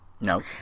no